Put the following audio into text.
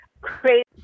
create